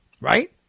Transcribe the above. Right